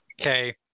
okay